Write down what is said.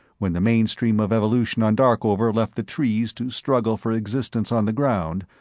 when the mainstream of evolution on darkover left the trees to struggle for existence on the ground,